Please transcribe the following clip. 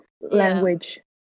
language